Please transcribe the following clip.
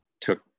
took